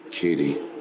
Katie